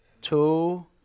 two